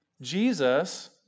Jesus